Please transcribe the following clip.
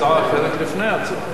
הצעה אחרת לפני ההצבעה.